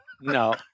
No